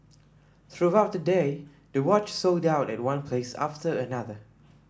throughout the day the watch sold out at one place after another